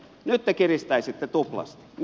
nyt te kiristäisitte tuplasti